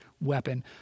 weapon